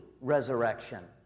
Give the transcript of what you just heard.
resurrection